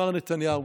מר נתניהו,